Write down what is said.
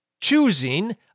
choosing